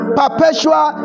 perpetual